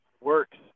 works